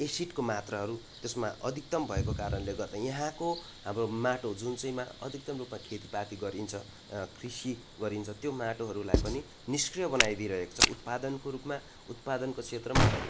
एसिडको मात्राहरू त्यसमा अधिकतम भएको कारणले गर्दा यहाँको हाम्रो माटो जुन चाहिँ मा अधिकतम रूपमा खेतीपाती गरिन्छ कृषि गरिन्छ त्यो माटोहरूलाई पनि निष्क्रिय बनाइदिइ रहेको छ उत्पादनको रूपमा उत्पादनको क्षेत्रमा